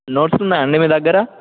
notes ఉన్నాయండీ మీ దగ్గర